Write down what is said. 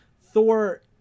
Thor